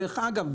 דרך אגב,